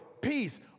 peace